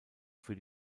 für